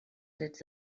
drets